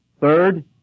third